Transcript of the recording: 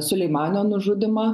suleimano nužudymą